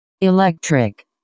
electric